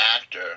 actor